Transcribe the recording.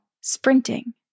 sprinting